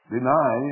Deny